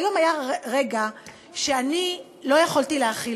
היום היה רגע שאני לא יכולתי להכיל,